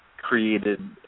created